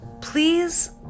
please